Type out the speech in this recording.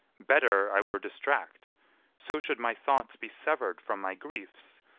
better i were distract so should my thoughts be sever'd from my griefs,